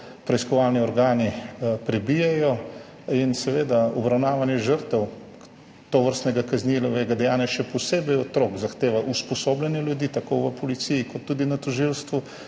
preiskovalni organi prebijejo. Obravnavanje žrtev tovrstnega kaznivega dejanja, še posebej otrok, zahteva usposabljanje ljudi tako v policiji kot tudi na tožilstvu.